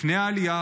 לפני העלייה,